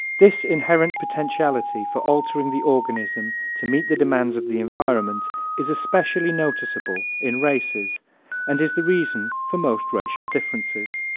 this inherent potentiality for altering the organism to meet the demands of the environment is especially noticeable in races and is the reason for most racial differences.